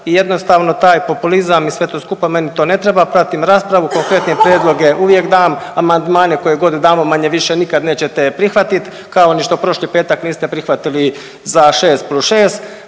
i jednostavno taj populizam i sve to skupa meni to ne treba, pratim raspravu, konkretne prijedloge uvijek dam, amandmane koje god damo manje-više nikad nećete prihvatit, kao ni što prošli petak niste prihvatili za 6 + 6.